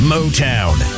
Motown